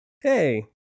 hey